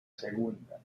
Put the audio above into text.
segunda